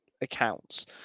accounts